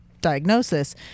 diagnosis